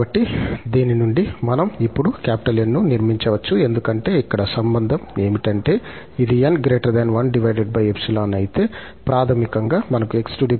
కాబట్టి దీని నుండి మనం ఇప్పుడు 𝑁 ను నిర్మించవచ్చు ఎందుకంటే ఇక్కడ సంబంధం ఏమిటంటే ఇది 𝑛 1𝜖 అయితే ప్రాథమికంగా మనకు 𝑥𝑛𝑛𝜖 ఉంటుంది